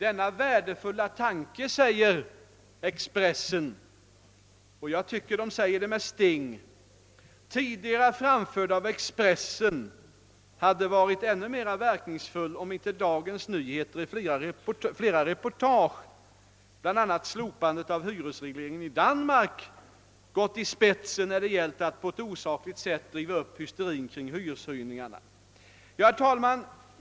Expressen skrev följande, som jag tycker har sting: »Denna värdefulla tanke, tidigare framförd av Expressen, hade varit ännu mer verkningsfull om inte Dagens Nyheter i flera reportage, bl.a. slopandet av hyresregleringen i Danmark, gått i spetsen när det gällt att på ett osakligt sätt driva upp hysterin kring hyreshöjningar.» Herr talman!